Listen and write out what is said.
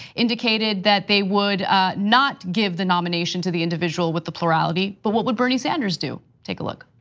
indicated that they would not give the nomination to the individual with the plurality. but what would bernie sanders do? take a look.